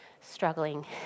struggling